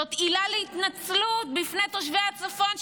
זאת עילה להתנצלות בפני תושבי הצפון,